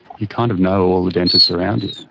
you kind of know all the dentists around you,